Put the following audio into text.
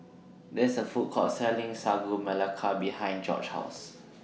There IS A Food Court Selling Sagu Melaka behind Jorge's House